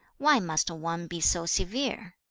why must one be so severe?